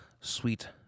Sweet